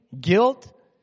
guilt